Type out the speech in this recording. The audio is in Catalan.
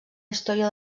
història